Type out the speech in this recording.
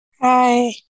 Hi